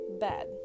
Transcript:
bad